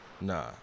Nah